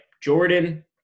Jordan